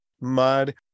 mud